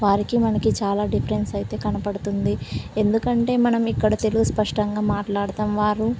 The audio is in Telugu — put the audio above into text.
వారికి మనకి చాలా డిఫరెన్స్ అయితే కనపడుతుంది ఎందుకంటే మనం ఇక్కడ తెలుగు స్పష్టంగా మాట్లాడతాము వారు